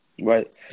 Right